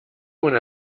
mona